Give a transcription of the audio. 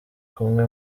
kumwe